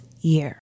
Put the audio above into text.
year